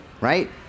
right